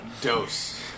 Dose